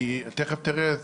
כי תכף תראה,